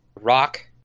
rock